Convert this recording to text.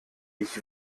ich